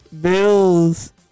Bills